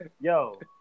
Yo